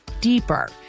deeper